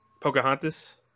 Pocahontas